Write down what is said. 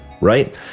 right